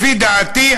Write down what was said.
לפי דעתי,